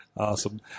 Awesome